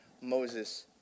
Moses